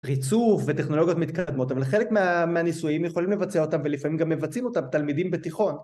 ריצוף וטכנולוגיות מתקדמות, אבל חלק מ... מהניסויים יכולים לבצע אותם, ולפעמים גם מבצעים אותם, תלמידים בתיכון.